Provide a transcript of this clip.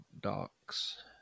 docs